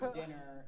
dinner